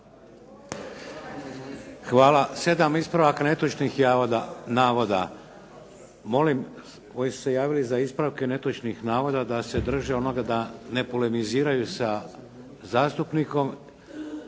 Hvala. 7 ispravaka netočnih navoda. Molim koji su se javili za ispravke netočnih navoda da se drže onog da ne polemiziraju sa zastupnikom,